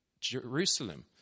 Jerusalem